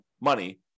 money